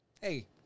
hey